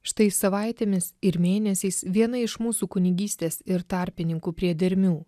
štai savaitėmis ir mėnesiais viena iš mūsų kunigystės ir tarpininkų priedermių